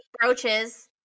brooches